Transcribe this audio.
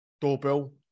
doorbell